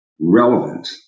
relevant